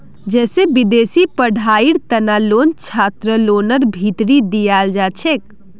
जैसे विदेशी पढ़ाईयेर तना लोन छात्रलोनर भीतरी दियाल जाछे